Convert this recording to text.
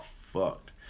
fucked